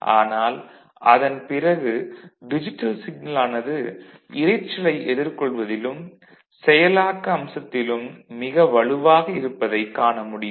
ஆனால் அதன் பிறகு டிஜிட்டல் சிக்னல் ஆனது இரைச்சலை எதிர்கொள்வதிலும் செயலாக்க அம்சத்திலும் மிக வலுவாக இருப்பதை காண இயலும்